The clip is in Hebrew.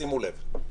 שימו לב,